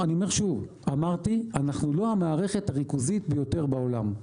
אמרתי, אנחנו לא המערכת הריכוזית ביותר בעולם.